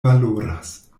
valoras